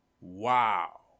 Wow